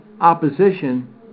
opposition